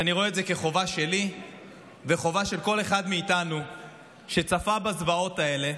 אני רואה את זה כחובה שלי וחובה של כל אחד מאיתנו שצפה בזוועות האלה